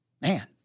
man